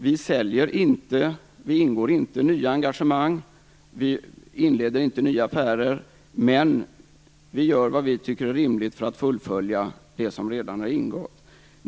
Vi säljer inte, vi ingår inga nya engagemang, vi inleder inga nya affärer - men vi gör vad vi tycker är rimligt för att fullfölja det som redan har ingåtts.